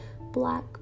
Black